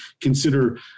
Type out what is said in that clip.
consider